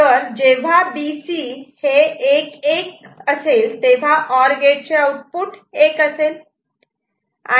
तर जेव्हा B C हे 1 1 असे तेव्हा ओर गेट चे आउटपुट 1 असेल